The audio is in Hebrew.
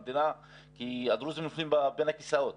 אני ממשיך ונותן לידידי יושב-ראש הקואליציה כי הוא עסוק בליצור סכסוכים